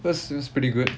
it was it was pretty good